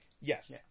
Yes